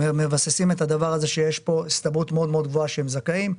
מבססים את העניין הזה שיש פה הסתברות מאד מאד גבוהה שהם זכאים,